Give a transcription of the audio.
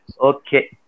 okay